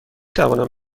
توانم